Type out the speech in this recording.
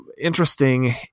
interesting